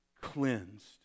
cleansed